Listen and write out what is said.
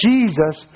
Jesus